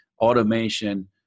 automation